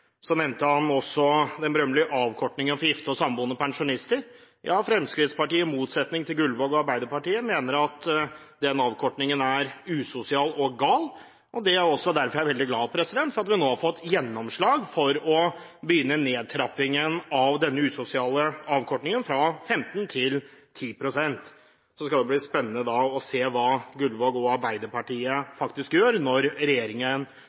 nevnte også den berømmelige avkortningen for gifte og samboende pensjonister. Fremskrittspartiet, i motsetning til representanten Gullvåg og Arbeiderpartiet, mener at avkortningen er usosial og gal. Derfor er jeg veldig glad for at vi nå har fått gjennomslag for å begynne nedtrappingen av denne usosiale avkortningen fra 15 pst. til 10 pst. Det skal bli spennende å se hva Gullvåg og Arbeiderpartiet faktisk gjør når regjeringen